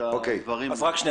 אנחנו ממשיכים